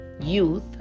youth